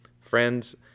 Friends